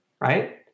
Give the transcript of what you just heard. right